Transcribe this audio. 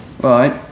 Right